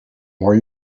more